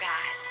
God